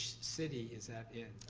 city is that in?